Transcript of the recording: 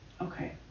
Okay